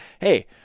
hey